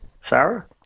Sarah